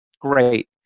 great